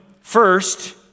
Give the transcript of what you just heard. first